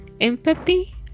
empathy